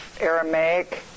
Aramaic